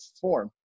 form